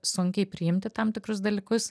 sunkiai priimti tam tikrus dalykus